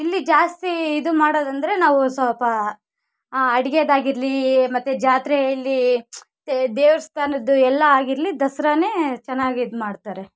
ಇಲ್ಲಿ ಜಾಸ್ತಿ ಇದು ಮಾಡೋದಂದರೆ ನಾವು ಸೊಲ್ಪ ಅಡುಗೆದಾಗಿರ್ಲಿ ಮತ್ತು ಜಾತ್ರೆ ಇಲ್ಲಿ ಮತ್ತು ದೇವಸ್ಥಾನದ್ದು ಎಲ್ಲ ಆಗಿರಲಿ ದಸರಾನೇ ಚೆನ್ನಾಗಿ ಇದು ಮಾಡ್ತಾರೆ